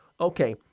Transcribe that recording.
Okay